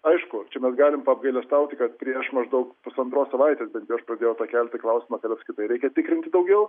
aišku čia mes galim paapgailestauti kad prieš maždaug pusantros savaitės bent jau aš pradėjau tą kelti klausimą kad apskritai reikia tikrinti daugiau